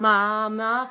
Mama